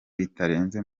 bitarenze